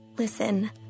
Listen